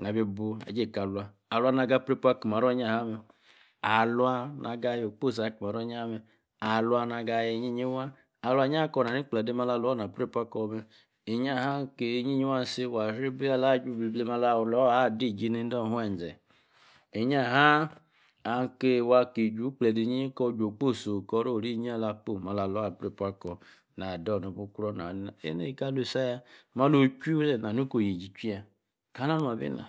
Nah bi booh. agen-eka alua. alua. na gah. prea-paw akeh maro iyie-ha. mme. aluah na gah. ayooh. okposí aki maro. íyía-haah mme. aluah. na ga yi-híe-híe waah alua. íyau-ha kor nani-kplede. ma la loaw. na prea-paw. akor mme. íyan-ha ke yí-yí wah isi. wah cyribi aju gbleh mme. mah na loawor. adi-ji ende-oweze. enyi-ha. aka ki juu. ekplede ìyíe-yi-waah. akor. juu. okposi oh. oro-ri-eyie. ala-kposí mah. la. loawor. aprea-pawah. akor na. ador no bul. ukro ena. eka-aluwa. isi ayah malo-ochuí. na-nu ni ko. oyíe-ji chwí yah kanah nu-abi nah.